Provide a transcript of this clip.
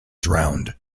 drowned